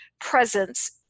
presence